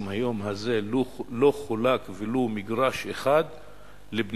היום הזה לא חולק ולו מגרש אחד לבנייה,